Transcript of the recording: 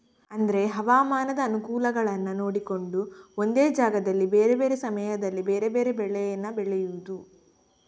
ಅಂದ್ರೆ ಹವಾಮಾನದ ಅನುಕೂಲಗಳನ್ನ ನೋಡಿಕೊಂಡು ಒಂದೇ ಜಾಗದಲ್ಲಿ ಬೇರೆ ಬೇರೆ ಸಮಯದಲ್ಲಿ ಬೇರೆ ಬೇರೆ ಬೆಳೇನ ಬೆಳೆಯುದು